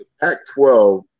Pac-12